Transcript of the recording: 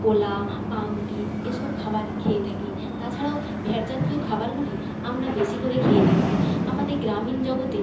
কোলা পাওরুটি এসব খাবার খেয়ে থাকি তাছাড়াও ফ্যাট জাতীয় খাবারগুলি আমরা বেশি করে খেয়ে থাকি আমাদের গ্রামীণ জগতে